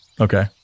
Okay